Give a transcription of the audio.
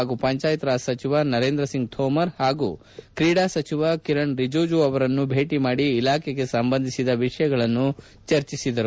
ಹಾಗೂ ಪಂಚಾಯತ್ ರಾಜ್ ಸಚಿವ ನರೇಂದ್ರ ಸಿಂಗ್ ತೋಮರ್ ಪಾಗೂ ಕ್ರೀಡಾ ಸಚಿವ ಕಿರಣ್ ರಿಜಿಜು ಅವರನ್ನು ಭೇಟಿ ಮಾಡಿಇಲಾಖೆಗೆ ಸಂಬಂಧಿಸಿದ ವಿಷಯಗಳನ್ನು ಚರ್ಚಿಸಿದರು